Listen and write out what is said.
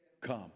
Come